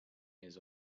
years